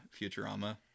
Futurama